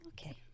Okay